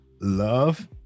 love